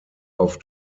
auf